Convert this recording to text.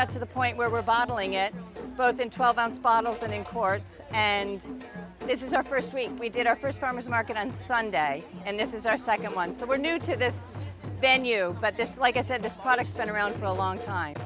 got to the point where we're bottling it both in twelve ounce bottles and in courts and this is our first meeting we did our first farmer's market on sunday and this is our second one so we're new to this venue but just like i said this punishment around for a long time